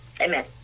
Amen